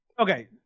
Okay